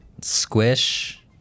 Squish